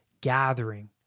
gathering